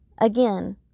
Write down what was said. Again